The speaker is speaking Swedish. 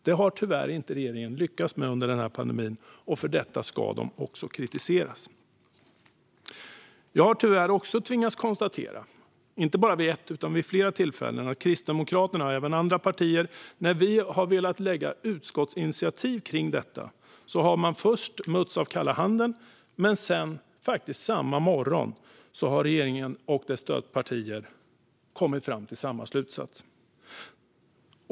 Det har tyvärr regeringen inte lyckats med under pandemin, och för detta ska den kritiseras. Jag har tyvärr också tvingats konstatera, inte bara vid ett utan vid flera tillfällen, att när Kristdemokraterna och även andra partier har föreslagit utskottsinitiativ har vi först mötts av kalla handen för att senare samma morgon höra att regeringen och dess stödpartier kommit fram till samma slutsats.